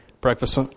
Breakfast